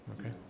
Okay